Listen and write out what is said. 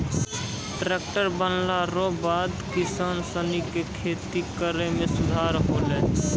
tractor बनला रो बाद किसान सनी के खेती करै मे सुधार होलै